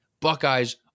Buckeyes